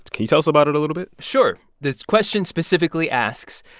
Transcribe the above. can you tell us about it a little bit? sure. this question specifically asks,